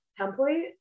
template